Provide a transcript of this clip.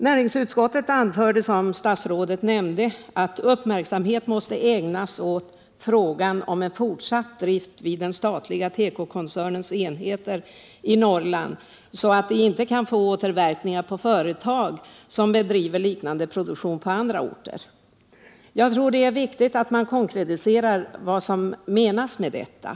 Näringsutskottet anförde, som statsrådet nämnde, att uppmärksamhet måste ägnas åt frågan om en fortsatt drift vid den statliga tekokoncernens enheter i Norrland, så att den inte får återverkningar på företag som bedriver Nr 106 liknande produktion på andra orter. Jag tror att det är viktigt att man Fredagen den konkretiserar vad som kan menas med detta.